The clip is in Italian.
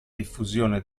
diffusione